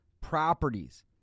properties